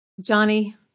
Johnny